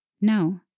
No